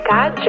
God